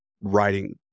writing